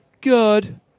good